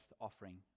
offering